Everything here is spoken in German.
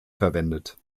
verwendet